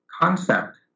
concept